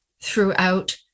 throughout